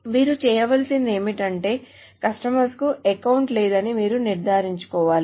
మీరు చేయవలసింది ఏమిటంటే కస్టమర్కు అకౌంట్ లేదని మీరు నిర్ధారించుకోవాలి